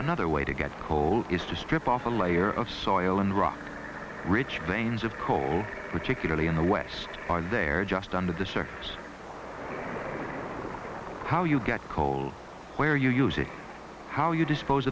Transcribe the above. another way to get coal is to strip off a layer of soil and rock rich veins of coal particularly in the west are there just under the surface how you get coal where you use it how you dispose